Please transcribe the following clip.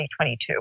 2022